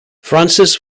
francis